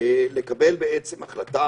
לקבל החלטה,